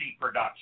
production